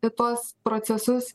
į tuos procesus